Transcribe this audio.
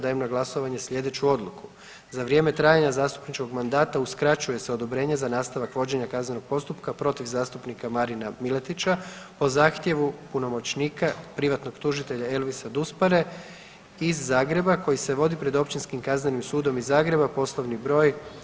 Dajem na glasovanje sljedeću odluku „Za vrijeme trajanja zastupničkog mandata uskraćuje se odobrenje za nastavak vođenja kaznenog postupka protiv zastupnika Marina Miletića po zahtjevu punomoćnika privatnog tužitelja Elvisa Duspare iz Zagreba koji se vodi pred Općinskim kaznenim sudom iz Zagreba, poslovni br.